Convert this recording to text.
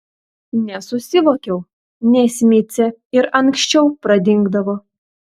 nesusivokiau nes micė ir anksčiau pradingdavo